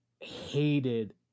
hated